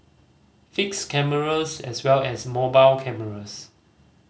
fixed cameras as well as mobile cameras